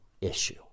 issue